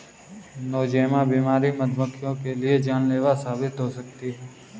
Nosema बीमारी मधुमक्खियों के लिए जानलेवा साबित हो सकती है